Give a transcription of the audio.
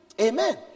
Amen